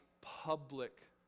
public